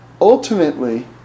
ultimately